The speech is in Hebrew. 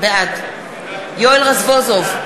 בעד יואל רזבוזוב,